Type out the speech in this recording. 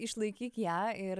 išlaikyk ją ir